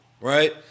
right